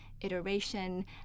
iteration